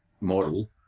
model